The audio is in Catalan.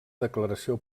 declaració